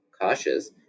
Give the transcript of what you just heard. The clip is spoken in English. cautious